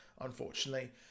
unfortunately